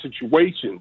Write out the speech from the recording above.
situations